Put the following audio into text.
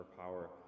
power